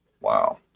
Wow